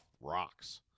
rocks